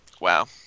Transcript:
Wow